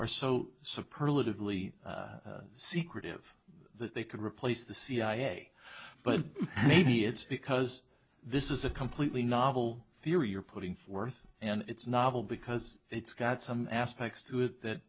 perfectly secretive that they could replace the cia but maybe it's because this is a completely novel theory you're putting forth and it's novel because it's got some aspects to it that